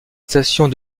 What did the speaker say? stations